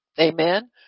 amen